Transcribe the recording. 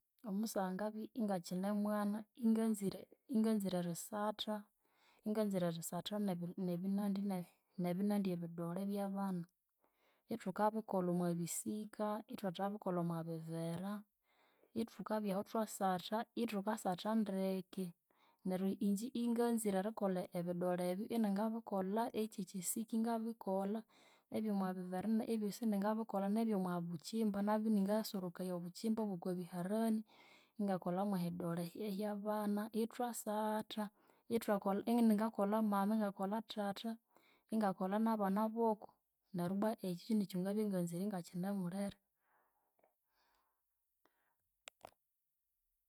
Omusaha ngabya ingakyinemwana inganzire ingakyinzire erisatha, inganzire erisatha nebi nebinandi ebidole byabana. Ithukabikolha omwabisika ithwathabikolha omwabivere, ithukabyahu ithwasatha ithukasathandeke neryu ingye inganzire erikolha ebidole ebyu iningabikolha ekyekyisika ingabikolha ebyomwabivere ene ebyosi iningabikolha nebyomwabukyimba nabyu iningasorokaya obukyimba byokwabiharani ingakolha mwehidole ehyabana. Ithwasatha ithwakolha iningakolha mama ingakolha thatha ingakolha nabana boko. Neryu ibwa ekyu nikyangabya nganzire ingakyine mwana mulhere